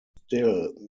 still